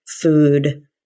food